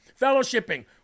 fellowshipping